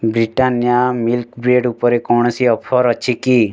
Britannia milk bread ଉପରେ କୌଣସି offer ଅଛି କି